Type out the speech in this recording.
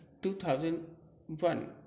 2001